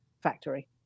factory